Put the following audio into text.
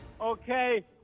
okay